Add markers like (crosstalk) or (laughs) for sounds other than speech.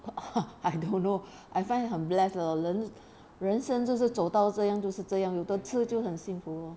(laughs) 哈 I don't know I find 很 bless 了人人生这是走到这样就是这样有得吃就很幸福咯